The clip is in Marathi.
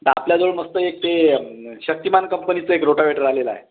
तर आपल्याजवळ मस्त एक ते शक्तिमान कंपनीचं एक रोटावेटर आलेला आहे